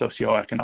socioeconomic